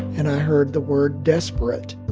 and i heard the word desperate